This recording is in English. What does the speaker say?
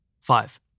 Five